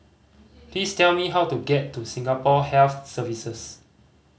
please tell me how to get to Singapore Health Services